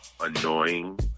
annoying